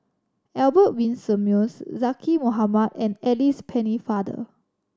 Albert Winsemius Zaqy Mohamad and Alice Pennefather